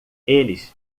eles